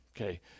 Okay